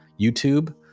YouTube